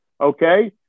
Okay